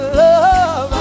love